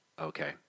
Okay